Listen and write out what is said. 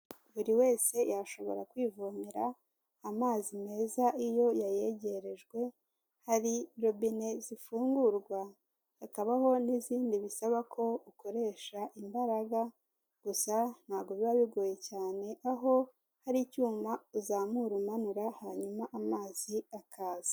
Buri wese yashobora kwivomera amazi meza iyo yayegerejwe, hari robine zifungurwa, hakabaho n'izindi bisaba ko ukoresha imbaraga, gusa ntabwo biba bigoye cyane aho hari icyuma uzamura umanura hanyuma amazi akaza.